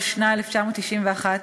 התשנ"א 1991,